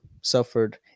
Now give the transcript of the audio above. suffered